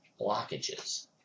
blockages